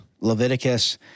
Leviticus